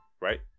right